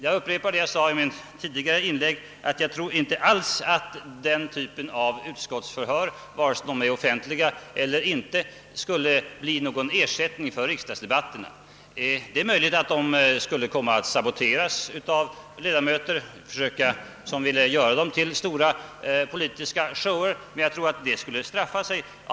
Jag upprepar vad jag sade i mitt lidigare inlägg: jag tror inte alls att den typen av utskottsförhör, vare sig de är offentliga eller inte, skulle komma att bli någon ersättning för riksdagsdebatterna. Det är möjligt att de skulle komma att saboteras av en del ledamöter, som ville göra dem till politiska shower, men jag tror att något sådant skulle straffa sig självt.